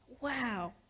Wow